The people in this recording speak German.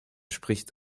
spricht